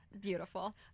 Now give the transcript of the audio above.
beautiful